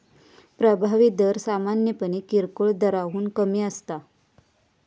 प्रभावी दर सामान्यपणे किरकोळ दराहून कमी असता